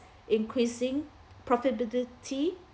increasing profitability